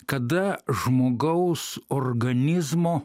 kada žmogaus organizmo